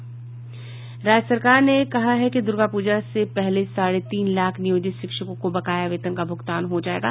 राज्य सरकार ने कहा है कि दुर्गापूजा से पहले साढ़े तीन लाख नियोजित शिक्षकों को बकाया वेतन का भुगतान हो जायेगा